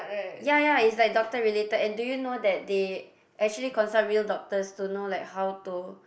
ya ya it's like doctor related and do you know that they actually consult real doctors to know like how to